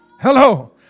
Hello